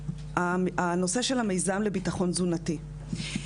הנושא של המיזם לביטחון תזונתי,